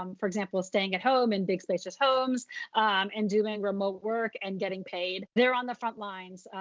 um for example, staying at home in big, spacious homes and doing remote work and getting paid. they're on the front lines.